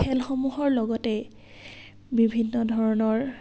খেলসমূহৰ লগতে বিভিন্ন ধৰণৰ